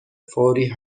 فوری